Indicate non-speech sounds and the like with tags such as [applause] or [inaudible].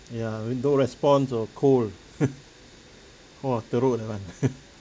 ya with no response or cold [laughs] !wah! teruk that one [laughs]